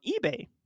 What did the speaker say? ebay